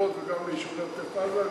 --- בשדרות וגם ביישובי עוטף-עזה,